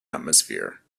atmosphere